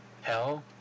Hell